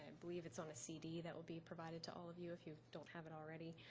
and believe it's on a cd that will be provided to all of you if you don't have it already.